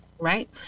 Right